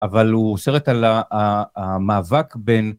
אבל הוא סרט על המאבק בין...